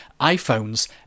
iPhones